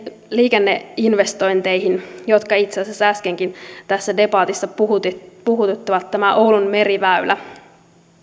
liikenneinvestointeihin jotka itse asiassa äskenkin debatissa puhututtivat oulun meriväylä